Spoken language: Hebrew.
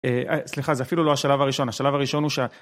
סליחה, זה אפילו לא השלב הראשון, השלב הראשון הוא שה...